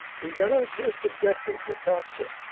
we got our first objective, the chalk pit,